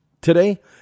Today